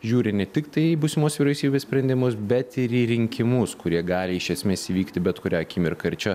žiūri ne tiktai į būsimos vyriausybės sprendimus bet ir į rinkimus kurie gali iš esmės įvykti bet kurią akimirką ir čia